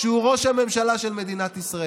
שהוא ראש הממשלה של מדינת ישראל.